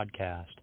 Podcast